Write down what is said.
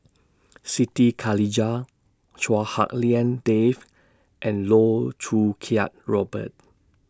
Siti Khalijah Chua Hak Lien Dave and Loh Choo Kiat Robert